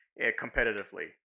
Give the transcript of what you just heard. competitively